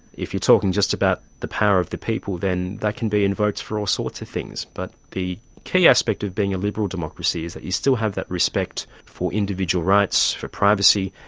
if you're talking just about the power of the people then that can be invoked for all sorts of things, but the key aspect of being a liberal democracy is that you still have that respect for individual individual rights, for privacy,